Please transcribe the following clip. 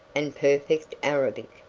and perfect arabic.